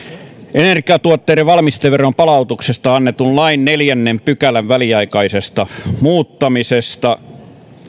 energiatuotteiden valmisteveron palautuksesta annetun lain neljännen pykälän väliaikaisesta muuttamisesta